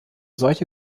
solche